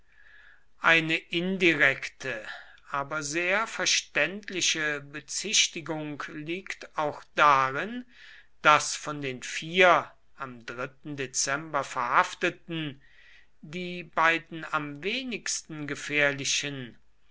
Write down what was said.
eine indirekte aber sehr verständliche bezichtigung liegt auch darin daß von den vier am dritten dezember verhafteten die beiden am wenigsten gefährlichen